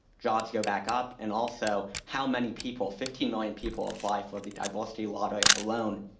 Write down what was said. jobs go back up? and also how many people, fifteen million people apply for the diversity lottery alone.